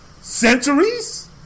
Centuries